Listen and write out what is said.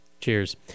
Cheers